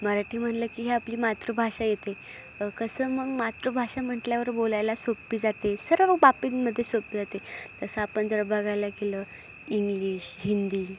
मराठी म्हणलं की हे आपली मातृभाषा येते कसं मग मातृभाषा म्हटल्यावर बोलायला सोपी जाते सर्व बाबींमध्ये सोपी जाते तसं आपण जर बघायला गेलं इंग्लिश हिंदी